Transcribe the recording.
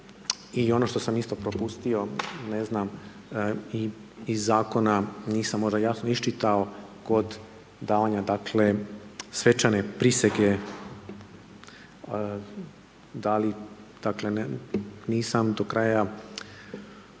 i ono što sam isto propustio, ne znam, iz zakona, nisam možda jasno iščitao, kod davanja dakle, svečane prisege da li dakle,